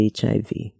HIV